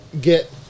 get